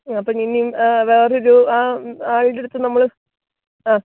അപ്പോൾ ഇനി വേറൊരു ആളുടെ അടുത്ത് നമ്മൾ ആ